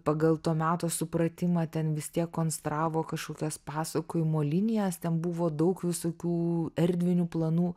pagal to meto supratimą ten vis tiek konstravo kažkokias pasakojimo linijas ten buvo daug visokių erdvinių planų